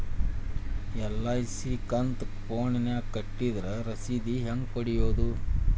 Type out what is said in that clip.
LIC ಕಂತು ಫೋನದಾಗ ಕಟ್ಟಿದ್ರ ರಶೇದಿ ಹೆಂಗ್ ಪಡೆಯೋದು?